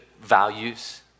values